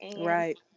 right